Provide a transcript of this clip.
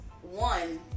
one